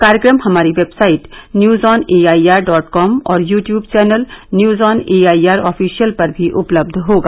कार्यक्रम हमारी website news on A I R dot com और YouTube channel news on A I R official पर भी उपलब्ध होगा